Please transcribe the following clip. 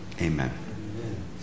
Amen